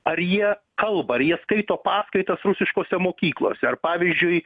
ar jie kalba ar jie skaito paskaitas rusiškose mokyklose ar pavyzdžiui